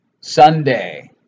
Sunday